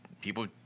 people